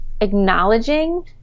acknowledging